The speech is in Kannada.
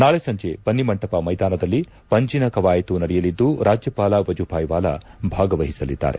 ನಾಳೆ ಸಂಜೆ ಬನ್ನಿಮಂಟಪ ಮೈದಾನದಲ್ಲಿ ಪಂಜಿನ ಕವಾಯತು ನಡೆಯಲಿದ್ದು ರಾಜ್ಯಪಾಲ ವಜೂಭಾಯ್ ವಾಲಾ ಭಾಗವಹಿಸಲಿದ್ದಾರೆ